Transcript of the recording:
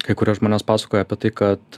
kai kurie žmones pasakojo apie tai kad